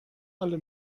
alle